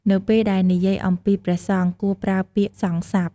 នៅពេលដែលនិយាយអំពីព្រះសង្ឃ គួរប្រើពាក្យសង្ឃស័ព្ទ។